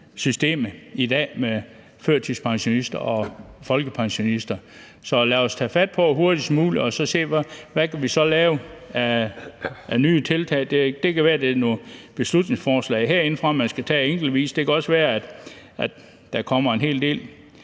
systemet i dag i forhold til førtidspensionister og folkepensionister. Så lad os hurtigst muligt tage fat på det og se, hvad vi så kan lave af nye tiltag. Det kan være, det er nogle beslutningsforslag herindefra, man skal tage enkeltvis. Det kan også være, at der kommer en hel del